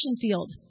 field